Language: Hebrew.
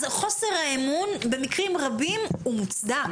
אם כן, חוסר האמון במקרים רבים הוא מוצדק.